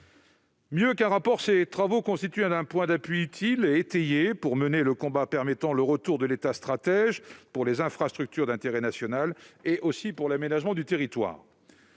Mieux qu'un rapport, ces travaux constituent un point d'appui utile et étayé pour mener le combat permettant le retour d'un État stratège en matière d'infrastructures d'intérêt national et d'aménagement du territoire.